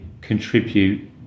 contribute